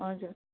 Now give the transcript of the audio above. हजुर